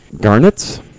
Garnets